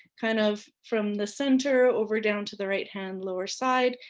kind of from the center over down to the right-hand lower side,